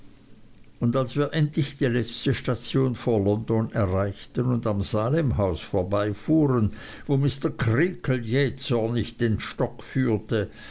und als wir endlich die letzte station vor london erreichten und am salemhaus vorbeifuhren wo mr creakle jähzornig den stock geführt